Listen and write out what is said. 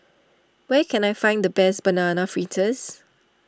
where can I find the best Banana Fritters